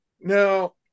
Now